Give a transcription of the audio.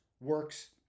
works